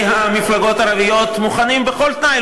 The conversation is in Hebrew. המפלגות הערביות מוכנים בכל תנאי,